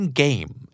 game